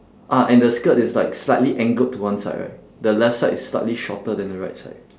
ah and the skirt is like slightly angled to one side right the left side is slightly shorter than the right side